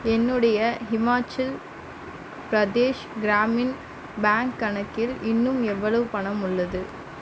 என்னுடைய ஹிமாச்சல் பிரதேஷ் கிராமின் பேங்க் கணக்கில் இன்னும் எவ்வளவு பணம் உள்ளது